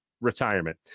retirement